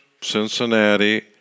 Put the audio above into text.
Cincinnati